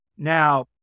Now